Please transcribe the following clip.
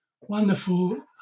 wonderful